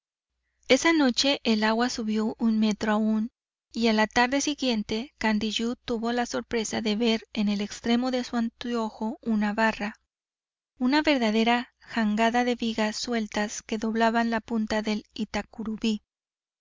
esa noche el agua subió un metro aún y a la tarde siguiente candiyú tuvo la sorpresa de ver en el extremo de su anteojo una barra una verdadera jangada de vigas sueltas que doblaban la punta de itacurubí